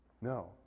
No